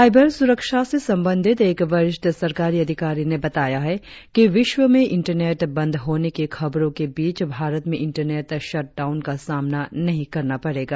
cyber सुरक्षा से संबंधित एक वरिष्ठ सरकारी अधिकारी ने बताया है कि विश्व में इंटरनेट बंद होने की खबरो के बीच भारत में इंटरनेंट शटडाउन का सामना नही करना पड़ेगा